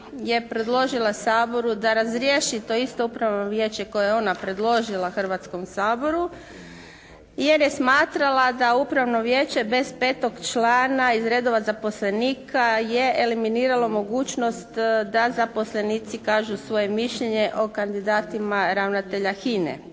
je predložila Saboru da razriješi to isto Upravno vijeće koje je ona predložila Hrvatskom saboru jer je smatrala da Upravno vijeće bez petog člana iz redova zaposlenika je eliminiralo mogućnost da zaposlenici kažu svoje mišljenje o kandidatima ravnatelja HINA-e